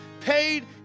paid